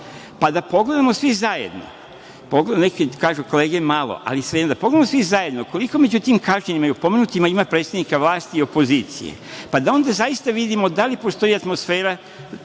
pa da pogledamo svi zajedno, neke kolege kažu malo, ali svejedno, koliko među tim kažnjenima i opomenutima ima predstavnika vlasti i opozicije, pa da onda zaista vidimo da li postoji atmosfera